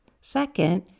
Second